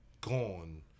Gone